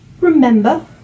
Remember